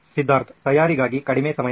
ಸಿದ್ಧಾರ್ಥ್ ತಯಾರಿಗಾಗಿ ಕಡಿಮೆ ಸಮಯ